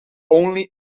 only